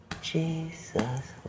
Jesus